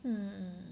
mm